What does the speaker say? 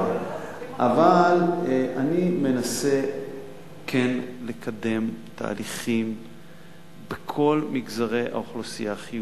אבל אני מנסה כן לקדם תהליכים חיוביים בכל מגזרי האוכלוסייה.